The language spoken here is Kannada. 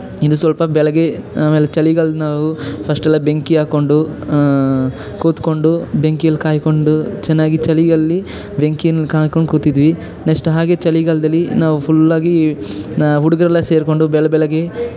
ಇದು ಸ್ವಲ್ಪ ಬೆಳಗ್ಗೆ ಆಮೇಲೆ ಚಲಿಗಾಲ್ದ ನಾವು ಫಸ್ಟೆಲ್ಲ ಬೆಂಕಿ ಹಾಕ್ಕೊಂಡು ಕುತ್ಕೊಂಡು ಬೆಂಕಿಲಿ ಕಾಯ್ಕೊಂಡು ಚೆನ್ನಾಗಿ ಚಳಿಯಲ್ಲಿ ಬೆಂಕಿಯನ್ನ ಕಾಣ್ಕೊಂಡು ಕೂತಿದ್ವಿ ನೆಕ್ಸ್ಟ್ ಹಾಗೆ ಚಳಿಗಾಲ್ದಲ್ಲಿ ನಾವು ಫುಲ್ಲಾಗಿ ಹುಡುಗರೆಲ್ಲ ಸೇರಿಕೊಂಡು ಬೆಳ ಬೆಳಗ್ಗೆ